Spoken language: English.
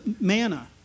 manna